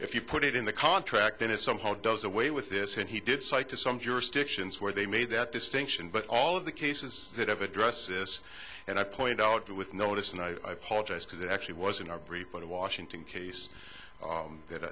if you put it in the contract then it somehow does away with this and he did cite to some jurisdictions where they made that distinction but all of the cases that have addressed this and i point out with notice and i apologize because it actually wasn't our brief but in washington case that